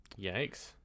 yikes